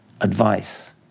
advice